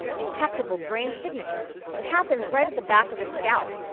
detectable brain signature. it happens right at the back of the scalp,